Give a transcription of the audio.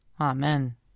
Amen